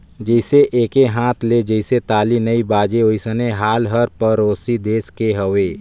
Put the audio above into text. जइसे एके हाथ ले जइसे ताली नइ बाजे वइसने हाल हर परोसी देस के हवे